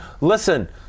listen